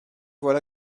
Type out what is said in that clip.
voilà